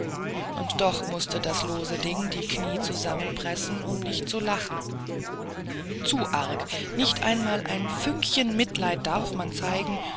und doch mußte das lose ding die knie zusammenpressen um nicht zu lachen zu arg nicht einmal ein fünkchen mitleiden darf man zeigen